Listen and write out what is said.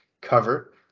cover